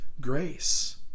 grace